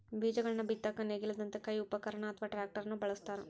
ಬೇಜಗಳನ್ನ ಬಿತ್ತಾಕ ನೇಗಿಲದಂತ ಕೈ ಉಪಕರಣ ಅತ್ವಾ ಟ್ರ್ಯಾಕ್ಟರ್ ನು ಬಳಸ್ತಾರ